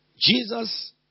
Jesus